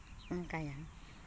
ᱚᱱᱠᱟᱭᱟ